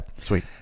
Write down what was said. sweet